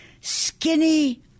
Skinny